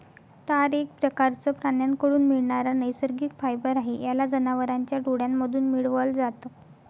तार एक प्रकारचं प्राण्यांकडून मिळणारा नैसर्गिक फायबर आहे, याला जनावरांच्या डोळ्यांमधून मिळवल जात